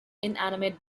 inanimate